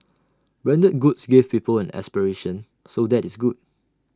branded goods give people an aspiration so that is good